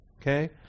Okay